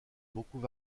beaucoup